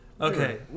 Okay